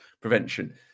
prevention